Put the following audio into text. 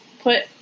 put